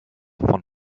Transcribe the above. von